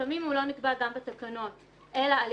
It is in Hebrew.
לפעמים הוא לא נקבע גם בתקנות אלא על